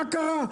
מה קרה?